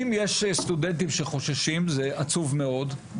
אם יש סטודנטים שחוששים, זה עצוב מאוד.